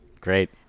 great